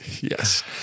Yes